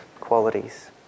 qualities